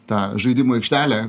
tą žaidimų aikštelę